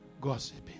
Gossiping